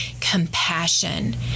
compassion